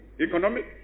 economic